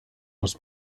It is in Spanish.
los